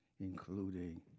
including